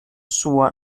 sua